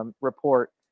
report